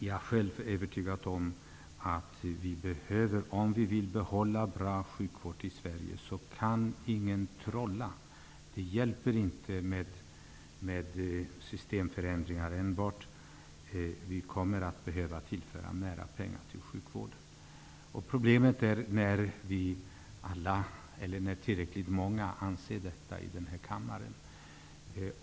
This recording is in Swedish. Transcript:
Jag är övertygad om att om vi vill behålla bra sjukvård i Sverige så kan ingen trolla. Det hjälper inte med systemförändringar enbart. Vi kommer att behöva tillföra mera pengar till sjukvården. Problemet är när tillräckligt många här i kammaren inser detta.